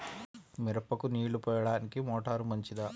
మిరపకు నీళ్ళు పోయడానికి మోటారు మంచిదా?